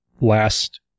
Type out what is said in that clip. last